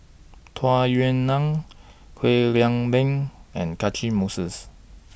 Tung Yue Nang Kwek Leng Beng and Catchick Moses